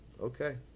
Okay